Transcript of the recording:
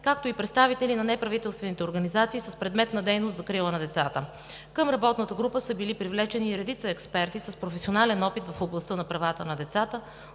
както и представители на неправителствени организации с предмет на дейност „закрила на децата“. Към работната група са били привлечени и редица експерти с професионален опит в областта на правата на децата,